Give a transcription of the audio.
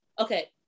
okay